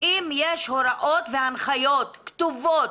אם יש הוראות והנחיות כתובות,